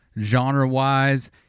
genre-wise